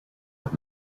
with